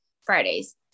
Fridays